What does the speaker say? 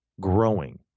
growing